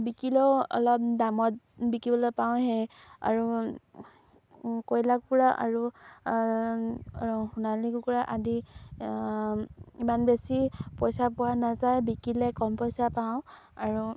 বিকিলেও অলপ দামত বিকিবলৈ পাওঁ সেই আৰু কইলা কুকুৰা আৰু সোণালী কুকুৰা আদি ইমান বেছি পইচা পোৱা নাযায় বিকিলে কম পইচা পাওঁ আৰু